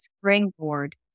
springboard